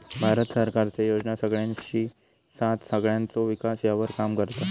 भारत सरकारचे योजना सगळ्यांची साथ सगळ्यांचो विकास ह्यावर काम करता